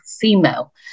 female